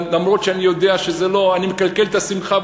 למרות שאני יודע שאני מקלקל את השמחה,